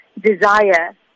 desire